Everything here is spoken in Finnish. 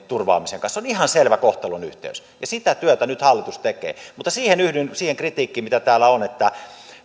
turvaamisen kanssa se on ihan selvä kohtalonyhteys ja sitä työtä nyt hallitus tekee mutta siihen kritiikkiin yhdyn mitä täällä on että